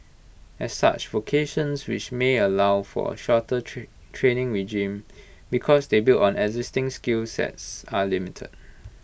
as such vocations which may allow for A shorter training regime because they build on existing skill sets are limited